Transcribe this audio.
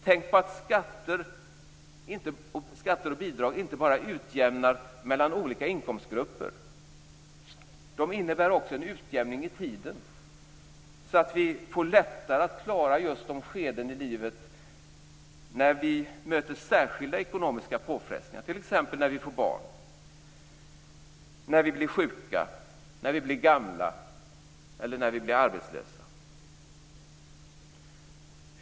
Tänk på att skatter och bidrag inte bara utjämnar mellan olika inkomstgrupper, de innebär också en utjämning i tiden, så att vi får lättare att klara just de skeden i livet då vi möter särskilda ekonomiska påfrestningar, t.ex. när vi får barn, när vi blir sjuka, när vi blir gamla eller när vi blir arbetslösa.